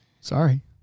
Sorry